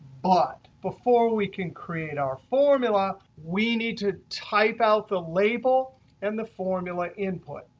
but before we can create our formula, we need to type out the label and the formula input.